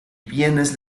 bienes